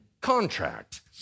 contract